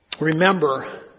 remember